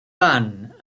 ban